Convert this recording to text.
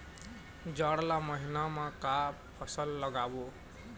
जाड़ ला महीना म का फसल लगाबो?